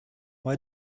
why